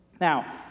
Now